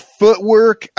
footwork